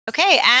Okay